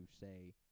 say